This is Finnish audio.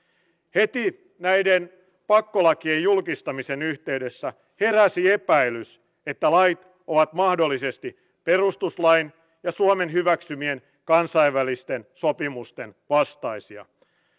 heti näiden pakkolakien julkistamisen yhteydessä heräsi epäilys että lait ovat mahdollisesti perustuslain ja suomen hyväksymien kansainvälisten sopimusten vastaisia